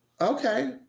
Okay